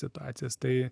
situacijas tai